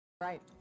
Right